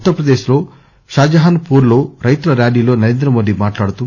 ఉత్తరప్రదేశ్ లో షాజహాన్ పూర్ లో రైతుల ర్యాలీలో నరేంద్రమోదీ మాట్లాడుతూ